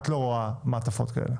את לא רואה מעטפות כאלה.